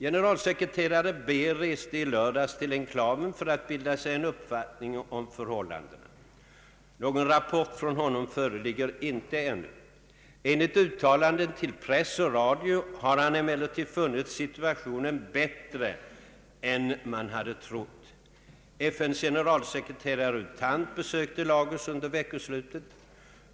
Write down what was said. Generalsekreterare Beer reste i lördags till enklaven för att bilda sig en uppfattning om förhållandena. Någon rapport från honom föreligger inte ännu. Enligt uttalanden till press och radio har han emellertid funnit situationen bättre än man hade trott. FN:s generalsekreterare U Thant besökte Lagos under veckoslutet.